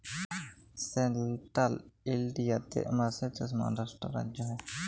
central ইলডিয়াতে বাঁশের চাষ মহারাষ্ট্র রাজ্যে হ্যয়